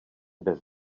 bez